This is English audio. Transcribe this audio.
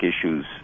issues